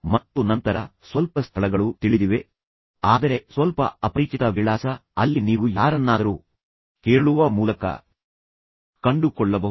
ಮತ್ತು ನಂತರ ಸ್ವಲ್ಪ ಸ್ಥಳಗಳು ತಿಳಿದಿವೆ ಆದರೆ ಸ್ವಲ್ಪ ಅಪರಿಚಿತ ವಿಳಾಸ ಅಲ್ಲಿ ನೀವು ಯಾರನ್ನಾದರೂ ಕೇಳುವ ಮೂಲಕ ಕಂಡುಕೊಳ್ಳಬಹುದು